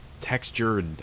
textured